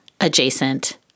adjacent